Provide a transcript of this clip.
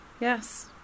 yes